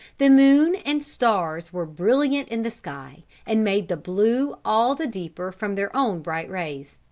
the moon and stars were brilliant in the sky, and made the blue all the deeper from their own bright rays.